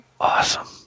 Awesome